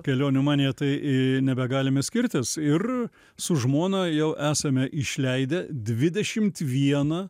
kelionių manija tai nebegalime skirtis ir su žmona jau esame išleidę dvidešimt vieną